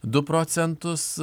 du procentus